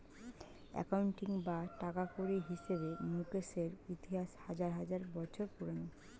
accounting বা টাকাকড়ির হিসেবে মুকেশের ইতিহাস হাজার হাজার বছর পুরোনো